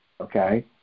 Okay